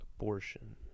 Abortion